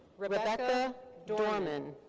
rebecca dorman.